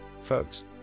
folks